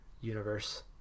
universe